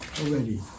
already